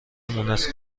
مونس